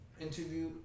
interview